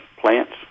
plants